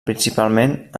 principalment